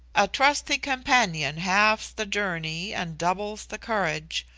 a trusty companion halves the journey and doubles the courage.